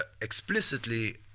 explicitly